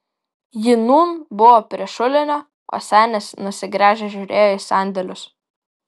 ji nūn buvo prie šulinio o senis nusigręžęs žiūrėjo į sandėlius